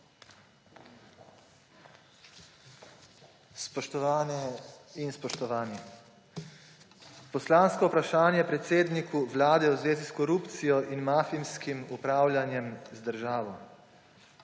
Spoštovane in spoštovani! Poslansko vprašanje predsedniku Vlade v zvezi s korupcijo in mafijskim upravljanjem z državo.